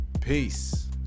Peace